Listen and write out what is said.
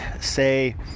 say